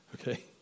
Okay